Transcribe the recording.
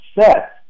set